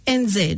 nz